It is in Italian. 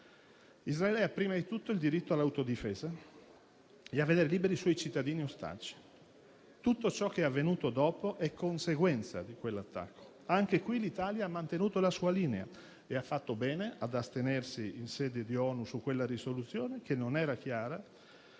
Israele prima di tutto ha il diritto all'autodifesa e a vedere liberi i suoi cittadini in ostaggio. Tutto ciò che è avvenuto dopo è conseguenza di quell'attacco. Anche in questo caso l'Italia ha mantenuto la sua linea e ha fatto bene ad astenersi in sede ONU su una risoluzione che non era chiara,